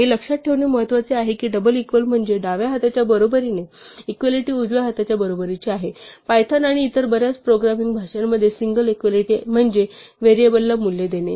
हे लक्षात ठेवणे महत्वाचे आहे की डबल इकवल म्हणजे डाव्या हाताच्या बरोबरीने एक्वालिटी उजव्या हाताच्या बरोबरीची आहे पायथन आणि इतर बर्याच प्रोग्रामिंग भाषांमध्ये सिंगल एक्वालिटी म्हणजे व्हेरिएबलला मूल्य देणे